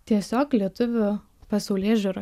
tiesiog lietuvių pasaulėžiūroj